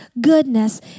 goodness